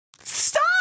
Stop